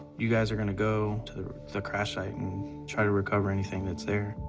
you guys are gonna go to the crash site and try to recover anything that's there.